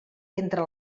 entre